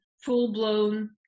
full-blown